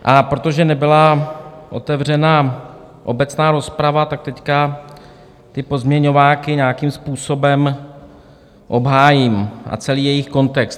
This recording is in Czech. A protože nebyla otevřena obecná rozprava, tak teď ty pozměňováky nějakým způsobem obhájím, a celý jejich kontext.